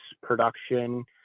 production